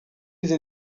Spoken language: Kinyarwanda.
izi